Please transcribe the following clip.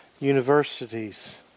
universities